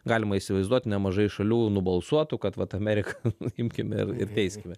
galima įsivaizduoti nemažai šalių nubalsuotų kad vat ameriką imkime ir ir teiskime